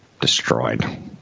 destroyed